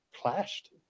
clashed